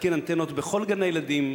להתקין אנטנות בכל גני-הילדים,